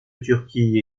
turquie